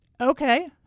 Okay